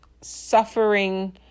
suffering